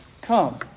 come